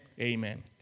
Amen